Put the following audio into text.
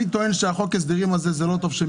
אני טוען שלא טוב שחוק ההסדרים הזה מגיע.